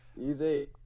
Easy